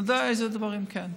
נדע איזה דברים כן.